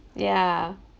yeah